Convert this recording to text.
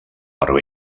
però